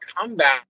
comeback